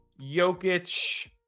Jokic